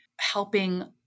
helping